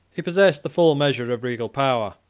he possessed the full measure of regal power.